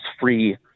free